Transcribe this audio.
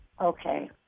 Okay